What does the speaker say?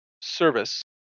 service